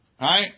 right